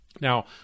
Now